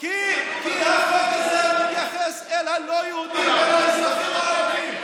כי החוק הזה מתייחס אל הלא-יהודים ואל האזרחים הערבים,